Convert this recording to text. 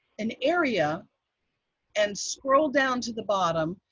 an area and scroll down to the bottom.